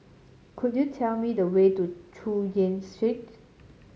could you tell me the way to Chu Yen Street